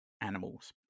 animals